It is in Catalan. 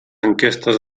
enquestes